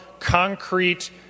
concrete